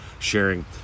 sharing